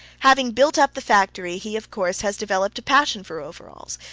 having built up the factory, he of course has developed a passion for overalls,